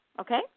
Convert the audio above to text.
Okay